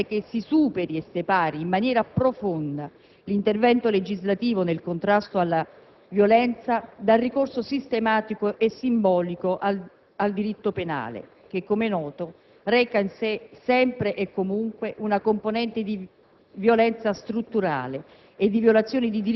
Alla luce di queste considerazioni, è auspicabile che si superi e si separi, in maniera profonda, l'intervento legislativo nel contrasto alla violenza dal ricorso sistematico e simbolico al diritto penale, che - come è noto - reca in sé sempre e comunque una componente di violenza